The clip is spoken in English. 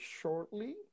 shortly